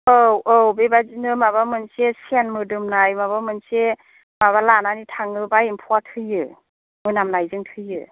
औ औ बेबायदिनो माबा मोनसे सेन्ट मोदोमनाय माबा मोनसे माबा लानानै थाङोब्ला एम्फौआ थैयो मोनामनायजों थैयो